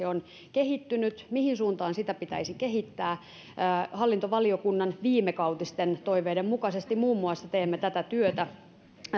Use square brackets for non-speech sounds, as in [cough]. [unintelligible] on kehittynyt mihin suuntaan sitä pitäisi kehittää hallintovaliokunnan viimekautisten toiveiden mukaisesti teemme muun muassa tätä työtä